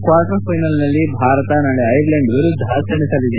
quarter ಫ್ಲೆನಲ್ನಲ್ಲಿ ಭಾರತ ನಾಳೆ Ireland ವಿರುದ್ದ ಸೆಣಸಲಿದೆ